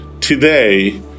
Today